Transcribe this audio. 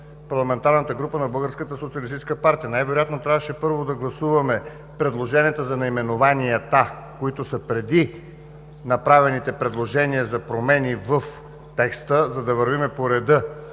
социалистическа партия“. Най-вероятно трябваше първо да гласуваме предложенията за наименованията, които са преди направените предложения за промени в текста, за да вървим по реда